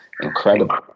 incredible